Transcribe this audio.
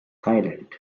thailand